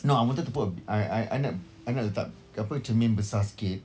no I wanted to put a bi~ I I I nak I nak letak apa cermin besar sikit